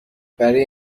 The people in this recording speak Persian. برای